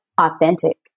authentic